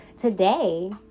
today